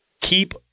Keep